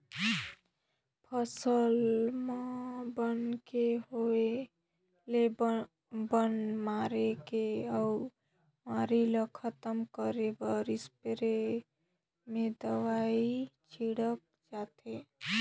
फसल म बन के होय ले बन मारे के अउ बेमारी ल खतम करे बर इस्पेयर में दवई छिटल जाथे